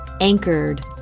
Anchored